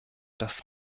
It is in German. dass